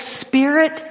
spirit